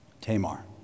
Tamar